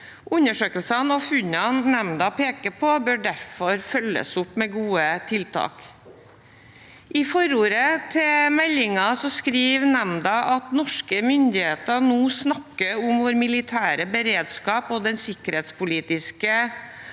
Undersøkelsene og funnene nemnda peker på, bør derfor følges opp med gode tiltak. I forordet til meldingen skriver nemnda at norske myndigheter nå snakker om vår militære beredskap og den sikkerhetspolitiske